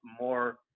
more